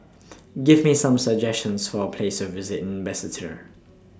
Give Me Some suggestions For Places to visit in Basseterre